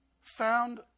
found